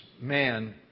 man